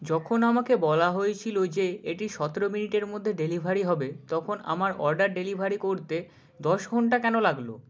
যখন আমাকে বলা হয়েছিল যে এটি সতেরো মিনিটের মধ্যে ডেলিভারি হবে তখন আমার অর্ডার ডেলিভারি করতে দশ ঘন্টা কেন লাগলো